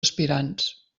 aspirants